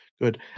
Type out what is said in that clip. good